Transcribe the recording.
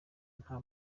nta